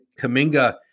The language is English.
Kaminga